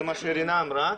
זה מה שרינה אמרה,